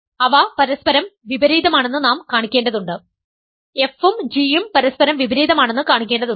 അവ പരസ്പരം വിപരീതമാണെന്ന് നാം കാണിക്കേണ്ടതുണ്ട് f ഉം g ഉം പരസ്പരം വിപരീതമാണെന്ന് കാണിക്കേണ്ടതുണ്ട്